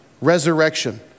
Resurrection